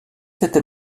cette